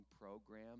program